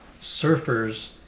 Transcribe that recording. surfers